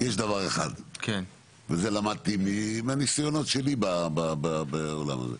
יש דבר אחד, וזה למדתי מהניסיונות שלי בעולם הזה,